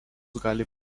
gali